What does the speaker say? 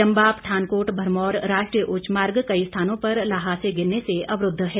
चंबा पठानकोट भरमौर राष्ट्रीय उच्च मार्ग कई स्थानों पर ल्हासे गिरने से अवरूद्व है